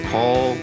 Paul